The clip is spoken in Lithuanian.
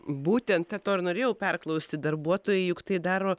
būtent to ir norėjau perklausti darbuotojai juk tai daro